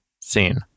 seen